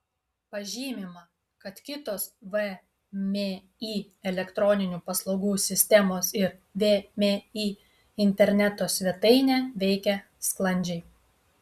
pažymima kad kitos vmi elektroninių paslaugų sistemos ir vmi interneto svetainė veikia sklandžiai